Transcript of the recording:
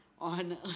on